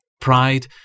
Pride